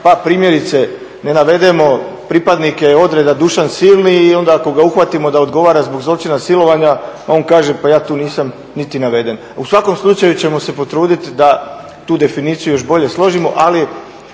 Pa primjerice ne navedemo pripadnike odreda Dušan Silni i onda ako ga uhvatimo da odgovara zbog zločina silovanja on kaže pa ja tu nisam niti naveden. U svakom slučaju ćemo se potruditi da tu definiciju još bolje složimo, ali